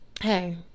hey